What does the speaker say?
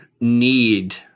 need